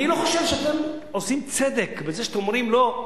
אני לא חושב שאתם עושים צדק בזה שאתם אומרים: לא,